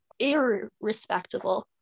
irrespectable